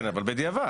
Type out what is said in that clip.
כן אבל בדיעבד.